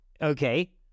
Okay